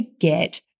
forget